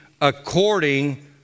according